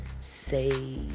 say